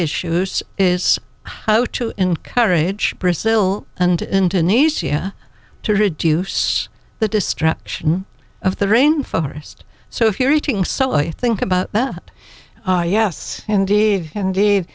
issues is how to encourage brazil and into nice year to reduce the destruction of the rain forest so if you're eating so i think about that yes indeed indeed